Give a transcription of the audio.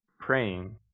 praying